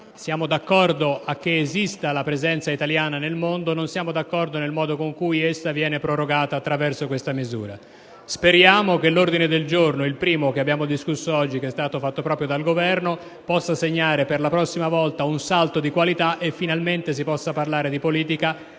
Siamo d'accordo a che esista la presenza italiana nel mondo, ma non siamo d'accordo sul modo con cui essa viene prorogata attraverso questa misura. Speriamo che l'ordine del giorno, il primo che abbiamo discusso oggi e che è stato fatto proprio dal Governo, possa segnare per la prossima volta un salto di qualità e finalmente si possa parlare di politica